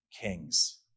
kings